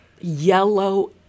yellow